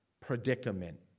predicament